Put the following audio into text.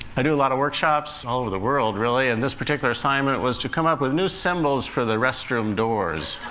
i do a lot of workshops all over the world, really, and this particular assignment was to come up with new symbols for the restroom doors.